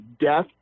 death